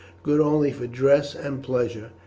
good only for dress and pleasure,